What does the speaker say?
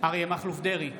אריה מכלוף דרעי,